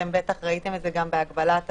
אתם בטח ראיתם את זה גם בהגבלת הפעילות.